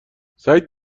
سعید